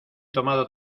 tomado